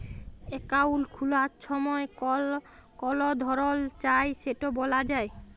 account খুলার ছময় call ধরল চায় সেট ব্যলা যায়